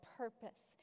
purpose